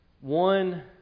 one